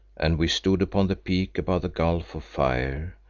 and we stood upon the peak above the gulf of fire,